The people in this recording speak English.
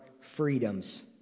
freedoms